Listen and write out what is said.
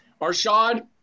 Arshad